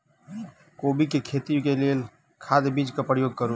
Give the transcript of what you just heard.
कोबी केँ खेती केँ लेल केँ खाद, बीज केँ प्रयोग करू?